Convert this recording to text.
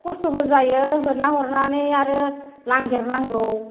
खस्थ'बो जायो होना हरनानै आरो नागिरनांगौ